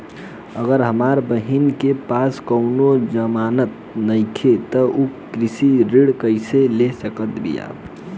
अगर हमार बहिन के पास कउनों जमानत नइखें त उ कृषि ऋण कइसे ले सकत बिया?